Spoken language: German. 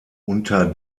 unter